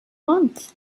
month